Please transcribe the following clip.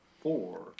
Four